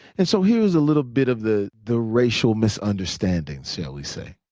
and so here is a little bit of the the racial misunderstanding, shall we say.